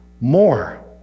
more